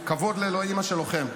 כבוד לאימא של לוחם.